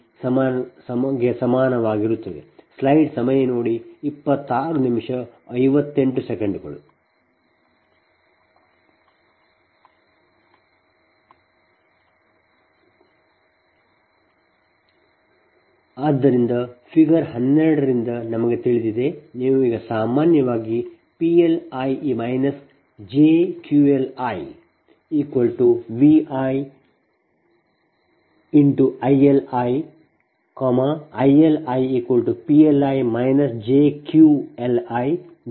ಆದ್ದರಿಂದ ಫಿಗರ್ 12 ರಿಂದ ನಮಗೆ ತಿಳಿದಿದೆ ನೀವು ಈಗ ಸಾಮಾನ್ಯವಾಗಿ PLi jQLiViILi ILiPLi jQLiVi